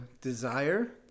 desire